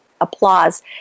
Applause